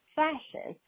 fashion